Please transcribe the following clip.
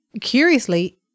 curiously